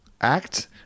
act